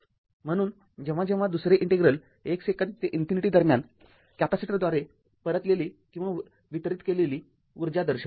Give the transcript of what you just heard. म्हणून जेव्हा जेव्हा दुसरे इंटिग्रेल १ सेकंद ते इन्फिनिटी दरम्यान कॅपेसिटरद्वारे परतलेली किंवा वितरीत केलेली ऊर्जा दर्शवते